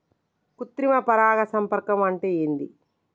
కృత్రిమ పరాగ సంపర్కం అంటే ఏంది?